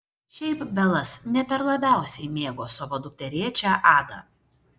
šiaip belas ne per labiausiai mėgo savo dukterėčią adą